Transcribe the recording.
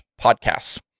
podcasts